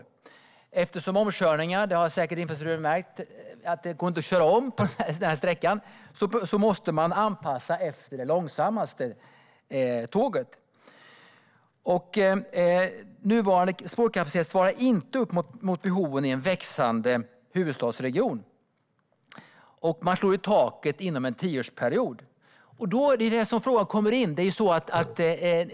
Infrastrukturministern har säkert märkt att det inte går att köra om på den här sträckan, så man måste anpassa sig efter det långsammaste tåget. Nuvarande spårkapacitet svarar inte upp mot behoven i en växande huvudstadsregion; man slår i taket inom en tioårsperiod. Det är där frågan kommer in.